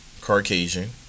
caucasian